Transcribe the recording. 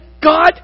God